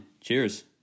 Cheers